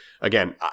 again